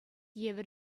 евӗр